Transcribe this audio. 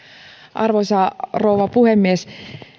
arvoisa rouva puhemies